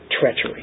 treachery